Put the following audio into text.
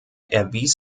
erwies